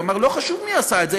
הוא אמר: לא חשוב מי עשה את זה,